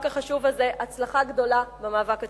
החשוב הזה הצלחה גדולה במאבק הציבורי.